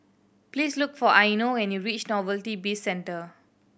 please look for Eino when you reach Novelty Bizcentre